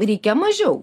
reikia mažiau